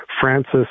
Francis